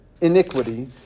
Iniquity